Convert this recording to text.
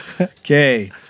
Okay